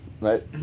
right